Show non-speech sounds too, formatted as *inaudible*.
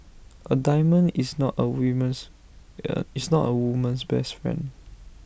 A diamond is not A woman's *hesitation* is not A woman's best friend